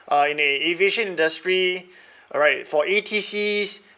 uh in a aviation industry alright for A_T_Cs